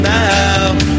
now